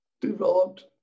developed